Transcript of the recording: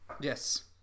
yes